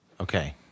Okay